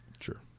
Sure